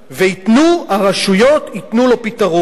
וייתנו, הרשויות ייתנו לו פתרון.